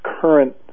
current